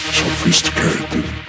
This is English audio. Sophisticated